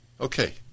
Okay